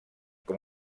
com